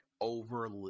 over